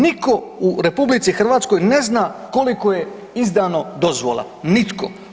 Niko u RH ne zna koliko je izdano dozvola, nitko.